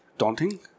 daunting